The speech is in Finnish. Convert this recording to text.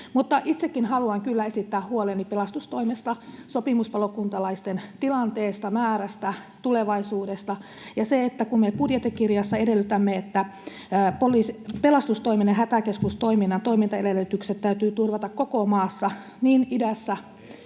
itsekin haluan kyllä esittää huoleni pelastustoimesta: sopimuspalokuntalaisten tilanteesta, määrästä, tulevaisuudesta. Ja kun me budjettikirjassa edellytämme, että pelastustoimen ja hätäkeskustoiminnan toimintaedellytykset täytyy turvata koko maassa, [Petri